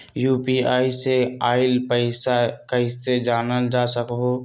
UPI से आईल पैसा कईसे जानल जा सकहु?